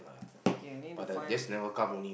K I need to find